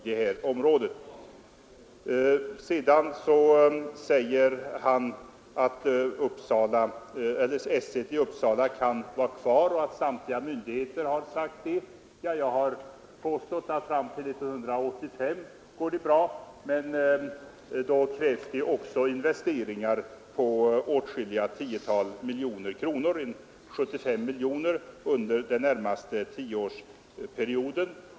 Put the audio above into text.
Herr Åkerfeldt anser att § 1 kan vara kvar i Uppsala och att samtliga myndigheter har sagt det. Jag har påstått att fram till 1985 går det bra, men då krävs ddet också investeringar på åtskilliga tiotal miljoner kronor — 75 miljoner under den närmaste tioårsperioden.